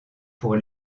pour